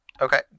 Okay